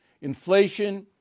inflation